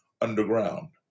underground